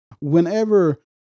whenever